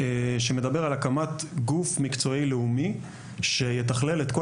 שמדבר על הקמת גוף מקצועי לאומי שיתכלל את כל